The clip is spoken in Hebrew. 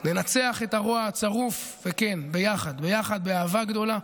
לנצח את הרוע הצרוף, וכן, ביחד, ביחד באהבה גדולה,